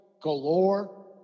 galore